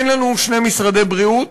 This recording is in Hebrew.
אין לנו שני משרדי בריאות,